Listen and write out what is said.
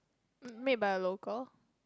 mm made by a local